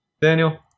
Daniel